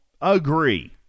agree